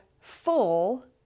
full